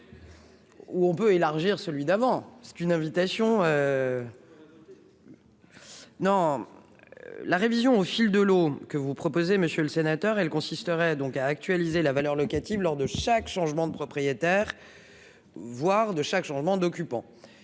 où on peut élargir celui d'avant, c'est une invitation. Non, la révision au fil de l'eau que vous proposez, monsieur le sénateur, elle consisterait donc à actualiser la valeur locative lors de chaque changement de propriétaire, voire de chaque changement d'occupant